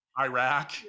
Iraq